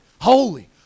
holy